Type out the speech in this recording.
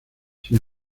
sin